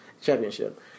Championship